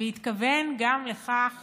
וגם התכוון לכך